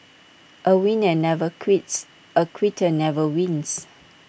A winner never quits A quitter never wins